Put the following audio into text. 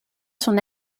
son